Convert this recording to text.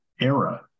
era